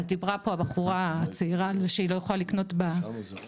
דיברה פה הבחורה הצעירה שהיא לא יכולה לקנות בסופר,